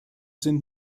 sind